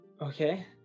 Okay